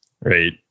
Right